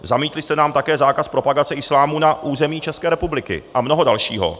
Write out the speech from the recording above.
Zamítli jste nám také zákaz propagace islámu na území České republiky a mnoho dalšího.